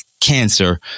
cancer